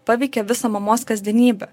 paveikia visą mamos kasdienybę